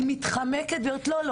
היא מתחמקת והיא אומרת "..לא,